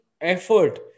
effort